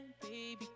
baby